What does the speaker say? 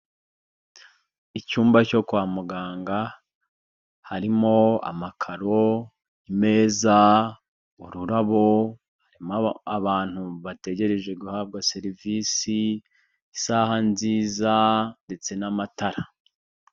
Icyumba cyo kwa muganga, harimo amakaro meza, ururabo, hari abantu bategereje guhabwa serivisi, isaha nziza ndetse n'amatara.